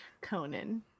Conan